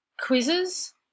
quizzes